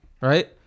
right